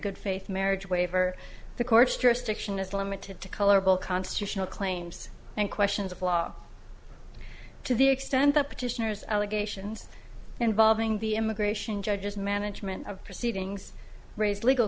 good faith marriage waiver the court's jurisdiction is limited to colorable constitutional claims and questions of law to the extent the petitioner's allegations involving the immigration judges management of proceedings raised legal